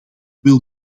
wil